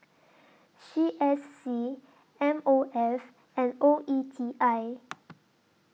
C S C M O F and O E T I